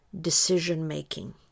Decision-making